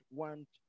want